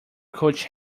coach